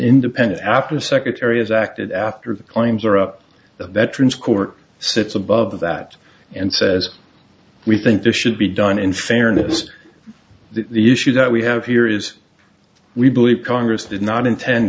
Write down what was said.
independent after the secretary has acted after the claims are up that trans court sits above that and says we think this should be done in fairness the issue that we have here is we believe congress did not intend